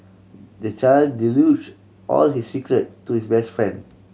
the child divulge all his secret to his best friend